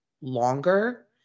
longer